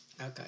Okay